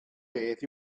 beth